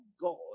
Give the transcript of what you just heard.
God